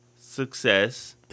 success